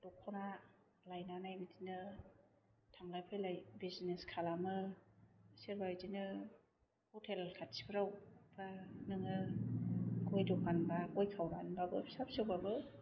दख'ना लायनानै बिदिनो थांलाय फैलाय बीजनेस खालामो सोरबा बिदिनो हटेल खाथियाफ्राव बा नोङो गय दखान बा गय खावनानैबाबो फिसा फिसौबाबो